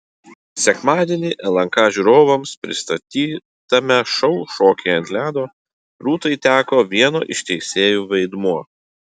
sekmadienį lnk žiūrovams pristatytame šou šokiai ant ledo rūtai teko vieno iš teisėjų vaidmuo